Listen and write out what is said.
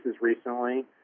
recently